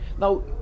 now